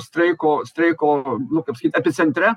streiko streiko nu kaip sakyt epicentre